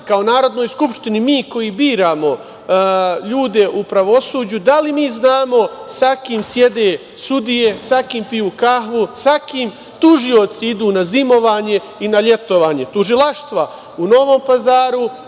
kao Narodnoj skupštini, mi koji biramo ljude u pravosuđu, da li mi znamo sa kim sede sudije, sa kim piju kafu, sa kim tužioci idu na zimovanje i na letovanje. Tužilaštava u Novom Pazaru